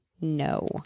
No